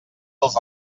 dels